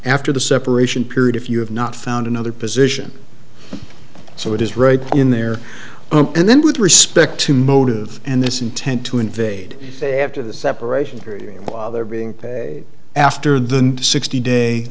after the separation period if you have not found another position so it is right in there and then with respect to motive and this intent to invade after the separation period while they're being after the sixty day